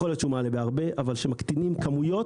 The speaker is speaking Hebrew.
יכול להיות שבהרבה, אבל כשמקטינים כמויות